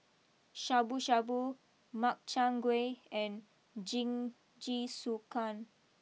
Shabu Shabu Makchang Gui and Jingisukan